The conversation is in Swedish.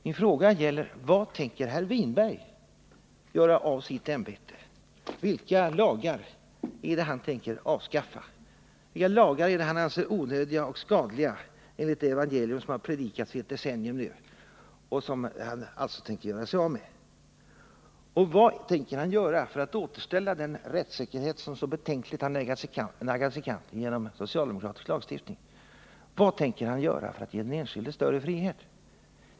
Min fråga gäller: Vad tänker herr Winberg göra av sitt ämbete? Vilka lagar är det herr Winberg tänker avskaffa? Vilka lagar är det herr Winberg anser onödiga och skadliga enligt det evangelium som han har predikat i ett decennium nu? Och vad tänker herr Winberg göra för att återställa den rättssäkerhet som så betänkligt skulle ha naggats i kanten genom socialdemokratisk lagstiftning? Vad tänker herr Winberg göra för att ge den enskilde större frihet?